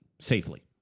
safely